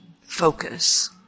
focus